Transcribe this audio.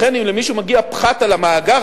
לכן אם למישהו מגיע פחת על המאגר,